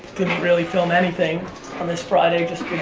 didn't really film anything on this friday, just